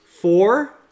Four